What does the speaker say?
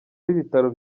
b’ibitaro